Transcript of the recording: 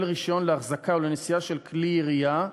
שכדי לקבל רישיון לנשיאה של כלי ירייה,